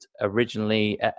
originally